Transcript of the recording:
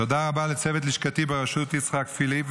ותודה רבה לצוות לשכתי בראשות יצחק פיליפ.